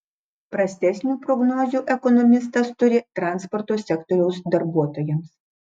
prastesnių prognozių ekonomistas turi transporto sektoriaus darbuotojams